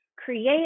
create